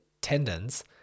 tendons